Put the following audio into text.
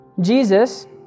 Jesus